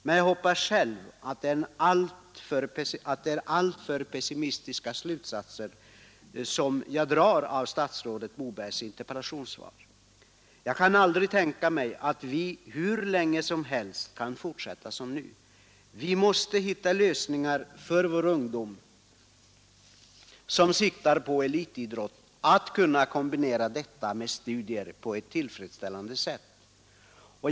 Men jag hoppas själv att det är en alltför pessimistisk slutsats av statsrådet Mobergs interpellationssvar. Jag kan aldrig tänka mig att vi hur länge som helst kan fortsätta som nu. Vi måste finna lösningar som gör det möjligt för ungdom som siktar på elitidrott att på ett tillfredsställande sätt kombinera denna verksamhet med studier.